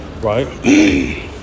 Right